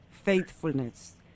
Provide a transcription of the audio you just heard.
Faithfulness